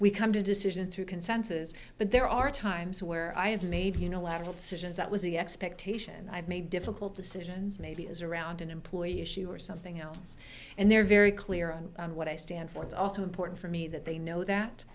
we come to a decision through consensus but there are times where i have made you know level decisions that was the expectation and i've made difficult decisions maybe as around an employee issue or something else and they're very clear on what i stand for it's also important for me that they know that